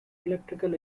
electrical